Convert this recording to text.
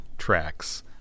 tracks